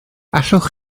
allwch